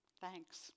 thanks